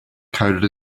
coded